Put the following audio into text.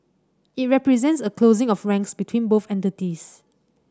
it represents a closing of ranks between both entities